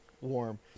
warm